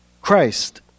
Christ